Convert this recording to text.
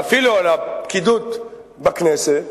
ואפילו על הפקידות בכנסת,